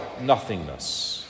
nothingness